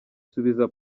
subiza